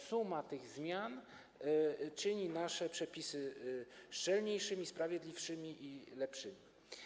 Suma tych zmian czyni nasze przepisy szczelniejszymi, sprawiedliwszymi i lepszymi.